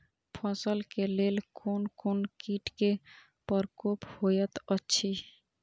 फसल के लेल कोन कोन किट के प्रकोप होयत अछि?